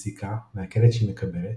מסיקה, מהקלט שהיא מקבלת,